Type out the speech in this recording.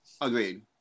Agreed